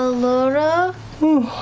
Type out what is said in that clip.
ah laura